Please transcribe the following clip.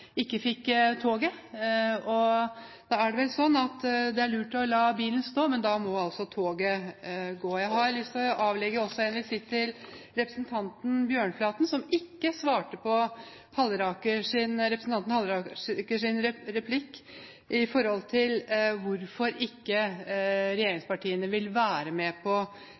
ikke fikk toget. Det er vel sånn at det er lurt å la bilen stå, men da må altså toget gå. Jeg har også lyst til å avlegge en visitt til representanten Bjørnflaten, som ikke svarte på representanten Hallerakers replikk om hvorfor ikke regjeringspartiene vil være med på